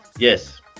Yes